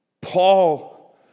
Paul